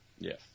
Yes